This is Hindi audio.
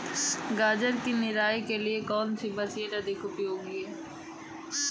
गाजर की निराई के लिए कौन सी मशीन अधिक उपयोगी है?